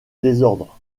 désordre